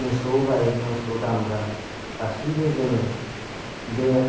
मोसौ गाइ मोसौ दामब्रा गासैबो जोङो बे